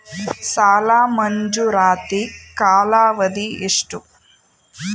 ಸಾಲ ಮಂಜೂರಾತಿ ಕಾಲಾವಧಿ ಎಷ್ಟು?